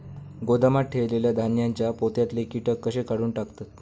गोदामात ठेयलेल्या धान्यांच्या पोत्यातले कीटक कशे काढून टाकतत?